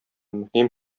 мөһим